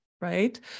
right